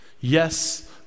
Yes